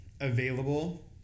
available